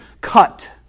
cut